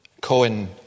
Cohen